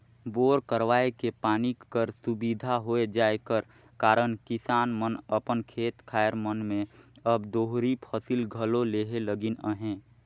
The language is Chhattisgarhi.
बोर करवाए के पानी कर सुबिधा होए जाए कर कारन किसान मन अपन खेत खाएर मन मे अब दोहरी फसिल घलो लेहे लगिन अहे